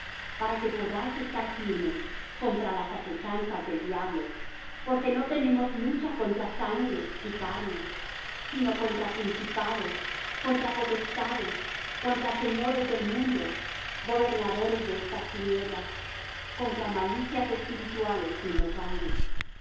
para que podáis estar firmes contra las asechanzas del diablo porque no tenemos lucha contra sangre y carne sino contra principados contra potestades contra señores del mundo gobernadores de estas tinieblas contra malicias espirituales en los aires